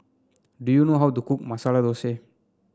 do you know how to cook Masala Thosai